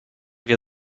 wir